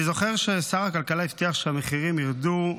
אני זוכר ששר הכלכלה הבטיח שהמחירים ירדו.